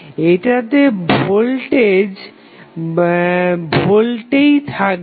এটাতে ভোল্টেজ ভোল্টেই থাকবে